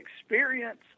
experience